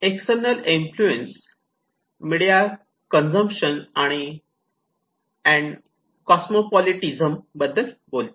external influence media consumption and cosmopolitanism बद्दल बोलते